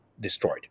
destroyed